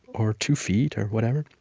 or two feet? or whatever.